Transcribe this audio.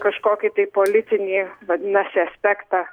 kažkokį tai politinį vadinasi aspektą